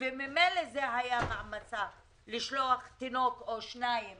וממילא זו הייתה מעמסה לשלוח תינוק או שניים